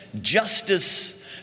justice